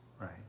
right